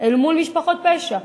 אל מול משפחות פשע.